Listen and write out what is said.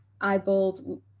Ibold